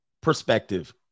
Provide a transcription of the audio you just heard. perspective